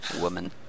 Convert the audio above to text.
Woman